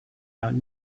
out